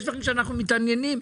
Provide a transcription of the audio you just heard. יש דברים שאנחנו מתעניינים,